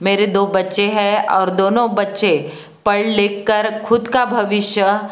मेरे दो बच्चे हैं और दोनों बच्चे पढ़ लिख कर खुद का भविष्य